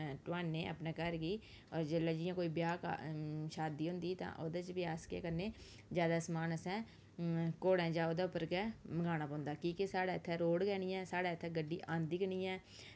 टोआने अपने घर गी होर जेल्लै जियां कोई ब्याह् का शादी होंदी तां ओह्दे च बी अस केह् करने ज्यादा समान असें घोड़ें जां ओह्दे उप्पर गै मंगाना पौंदा कि के साढ़ै इत्थें रोड गै नी ऐ साढ़ै इत्थैं गड्डी आंदी गै नी ऐ